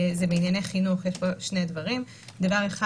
ענייני חינוך שני דברים: אחד,